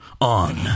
on